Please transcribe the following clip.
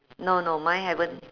no no mine haven't